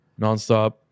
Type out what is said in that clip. nonstop